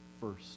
first